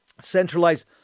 centralized